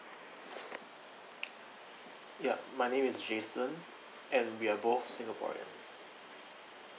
yup my name is jason and we are both singaporeans